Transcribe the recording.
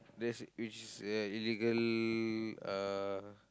that's which is uh illegal uh